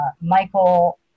Michael